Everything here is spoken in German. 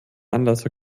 anlasser